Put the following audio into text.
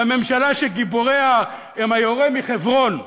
והממשלה שגיבוריה הם היורה מחברון,